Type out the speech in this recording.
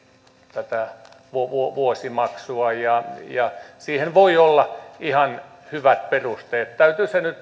tätä vuosimaksua ja ja siihen voi olla ihan hyvät perusteet täytyy se nyt